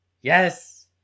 Yes